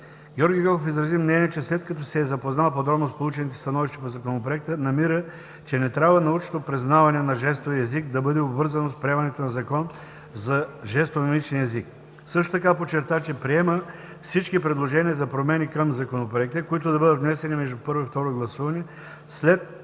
Георги Гьоков изрази мнение, че след като се е запознал подробно с получените становища по Законопроекта, намира, че не трябва научното признаване на жестовия език да бъде обвързано с приемането на закон за жестомимичния език. Също така подчерта, че приема всички предложения за промени към Законопроекта, които да бъдат внесени между първо и второ гласуване след